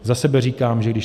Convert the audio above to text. Za sebe říkám, že když...